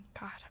God